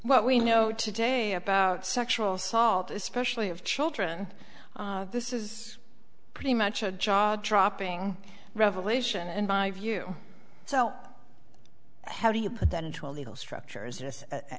what we know today about sexual assault especially of children this is pretty much a jaw dropping revelation in my view so how do you put that into a legal structures as